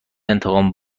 انتقام